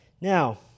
Now